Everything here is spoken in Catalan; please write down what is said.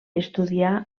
estudià